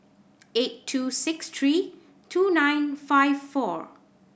eight two six three two nine five four